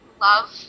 love